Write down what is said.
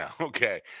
Okay